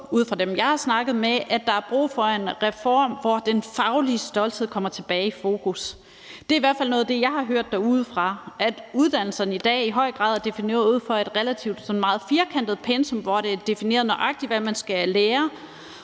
jeg har snakket med – at der er brug for en reform, hvor den faglige stolthed kommer tilbage i fokus. Det er i hvert fald noget af det, jeg har hørt derudefra: at uddannelserne i dag i høj grad er defineret ud fra et meget firkantet pensum, hvor det er defineret nøjagtigt, hvad man skal lære,